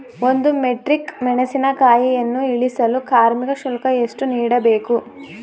ಒಂದು ಮೆಟ್ರಿಕ್ ಮೆಣಸಿನಕಾಯಿಯನ್ನು ಇಳಿಸಲು ಕಾರ್ಮಿಕ ಶುಲ್ಕ ಎಷ್ಟು ನೀಡಬೇಕು?